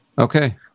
Okay